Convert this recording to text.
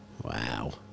Wow